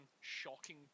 shocking